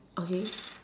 okay